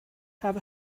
have